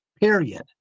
period